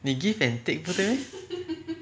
你 give and take 不对 meh